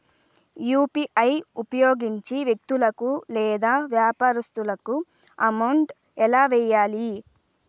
UPI ఉపయోగించి వ్యక్తులకు లేదా వ్యాపారస్తులకు అమౌంట్ ఎలా వెయ్యాలి